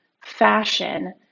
fashion